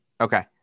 Okay